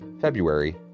February